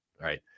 right